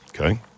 okay